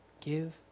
give